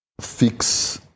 fix